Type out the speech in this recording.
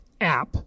app